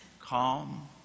Calm